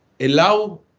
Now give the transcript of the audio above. allow